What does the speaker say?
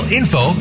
info